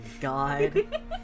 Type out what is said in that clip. god